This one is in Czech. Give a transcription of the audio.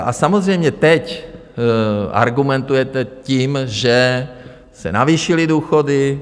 A samozřejmě teď argumentujete tím, že se navýšily důchody.